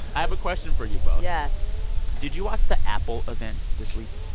i have a question for you both yes did you watch the apple event this week?